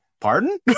Pardon